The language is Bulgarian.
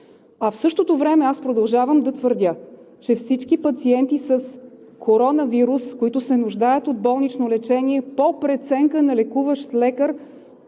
а в същото време аз продължавам да твърдя, че всички пациенти с коронавирус, които се нуждаят от болнично лечение по преценка на лекуващ лекар,